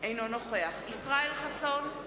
אינו נוכח ישראל חסון,